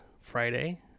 Friday